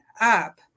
up